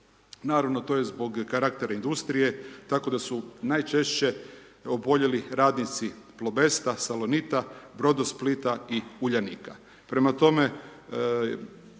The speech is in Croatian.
Naravno, to je zbog karaktera industrije, tako da su najčešće oboljeli radnici Plobesta, Salonita, Brodosplita i Uljanika.